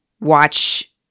watch